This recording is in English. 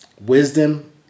wisdom